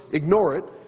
ignore it,